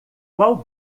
qual